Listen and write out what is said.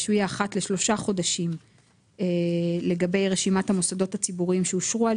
שיהיה אחת לשלושה חודשים לגבי רשימת המוסדות הציבוריים שאושרו,